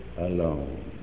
alone